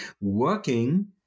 working